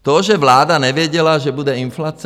To, že vláda nevěděla, že bude inflace.